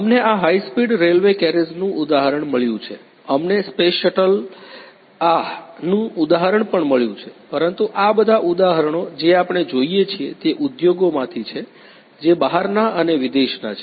અમને આ high speed railway કેરીઝનું ઉદાહરણ મળ્યું છે અમને સ્પેસ શટલ આહ નું ઉદાહરણ પણ મળ્યું છે પરંતુ આ બધા ઉદાહરણો જે આપણે જોઈએ છીએ તે ઉદ્યોગોમાંથી છે જે બહારના અને વિદેશના છે